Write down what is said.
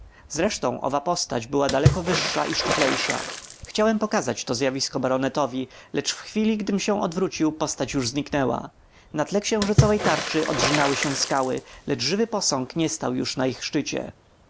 zresztą owa postać była daleko wyższa i szczuplejsza chciałam pokazać to zjawisko baronetowi lecz w chwili gdym się odwrócił postać już zniknęła na tle księżycowej tarczy odrzynały się skały lecz żywy posąg nie stał już na ich szczycie